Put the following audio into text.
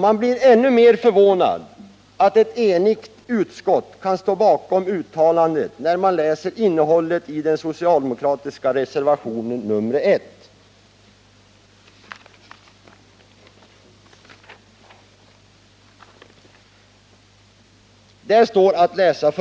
Man blir ännu mer förvånad över att ett enigt utskott kan stå bakom detta yttrande när man läser den socialdemokratiska reservationen nr 1, där det